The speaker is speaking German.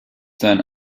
sein